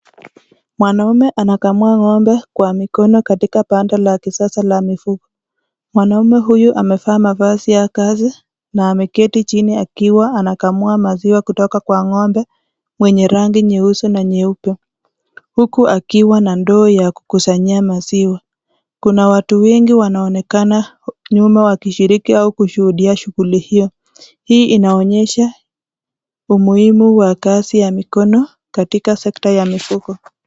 Mwanaume anakamua ng'ombe kwa mikono, katika banda la kisasa la mifugo. Mwanaume huyu amevaa mavazi ya kazi na ameketi chini akiwa anakamua maziwa kutoka kwa ng'ombe ,mwenye rangi ya nyeusi na nyeupe huku akiwa na ndoo ya kukusanyia maziwa. Kuna watu wengi wanaonekana nyuma wakishiriki au kushuhudia shughuli hio. Hii inaonyesha umuhimu wa kazi ya mikono katika sekta ya mifugo.